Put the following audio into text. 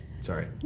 Sorry